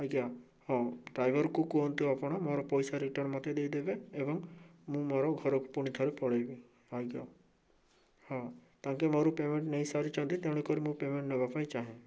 ଆଜ୍ଞା ହଁ ଡ୍ରାଇଭର୍କୁ କୁହନ୍ତୁ ଆପଣ ମୋର ପଇସା ରିଟର୍ନ ମୋତେ ଦେଇ ଦେବେ ଏବଂ ମୁଁ ମୋର ଘରକୁ ପୁଣିଥରେ ପଳେଇବି ଆଜ୍ଞା ହଁ ତାଙ୍କେ ମୋଋ ପେମେଣ୍ଟ ନେଇସାରିଛନ୍ତି ତେଣୁକରି ମୁଁ ପେମେଣ୍ଟ ନେବା ପାଇଁ ଚାହେଁ